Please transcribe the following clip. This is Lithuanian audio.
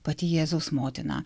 pati jėzaus motina